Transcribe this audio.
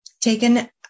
taken